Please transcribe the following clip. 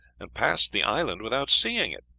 and passed the island without seeing it.